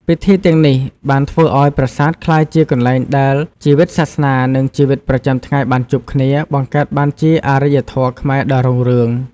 ពិធីទាំងនេះបានធ្វើឱ្យប្រាសាទក្លាយជាកន្លែងដែលជីវិតសាសនា និងជីវិតប្រចាំថ្ងៃបានជួបគ្នា បង្កើតបានជាអរិយធម៌ខ្មែរដ៏រុងរឿង។